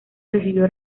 recibió